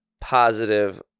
positive